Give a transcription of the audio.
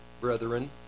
brethren